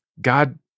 God